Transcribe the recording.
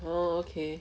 oh okay